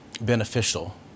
Beneficial